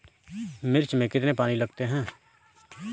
मिर्च में कितने पानी लगते हैं?